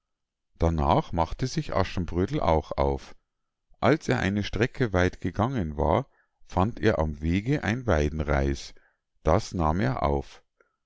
darnach machte sich aschenbrödel auch auf als er eine strecke weit gegangen war fand er am wege ein weidenreis das nahm er auf